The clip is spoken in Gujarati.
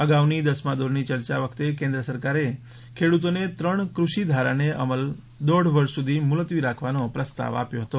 અગાઉની દસમાં દોરની ચર્ચા વખતે કેન્દ્ર સરકારે ખેડૂતોને ત્રણ ક્રષિ ધારાને અમલ દોઢ વર્ષ સુધી મુલતવી રાખવાનો પ્રસ્તાવ આવ્યો હતો